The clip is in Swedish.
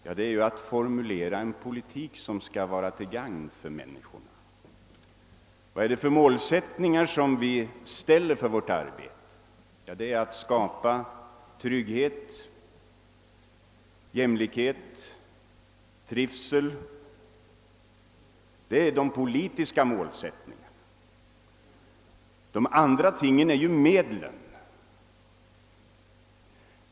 Jo, det är att formulera en politik som skall vara till gagn för människorna. Vad uppställer vi för målsättning för vårt arbete? Jo, att skapa trygghet, jämlikhet och trivsel. Det är de politiska målsättningarna. De andra tingen är medlen.